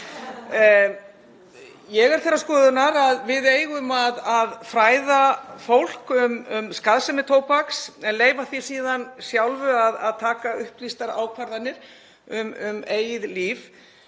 Ég er þeirrar skoðunar að við eigum að fræða fólk um skaðsemi tóbaks en leyfa því síðan sjálfu að taka upplýstar ákvarðanir um eigið líf.